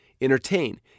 Entertain